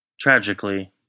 Tragically